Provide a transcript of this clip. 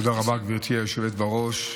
תודה רבה, גברתי היושבת בראש.